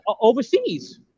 overseas